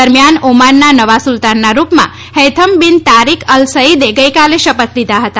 દરમિયાન ઓમાનના નવા સુલતાનના રૂપમાં હૈથમ બિન તારિક અલ સઈદે ગઈકાલે શપથ લીધા હતા